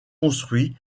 construits